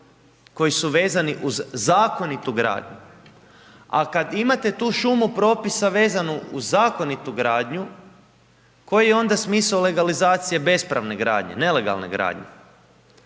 koji su vezani uz zakonitu gradnju. A kada imate tu šumu propisa vezano uz zakonitu gradnju, koji je onda smisao legalizacije bespravne gradnje, nelegalne gradnje.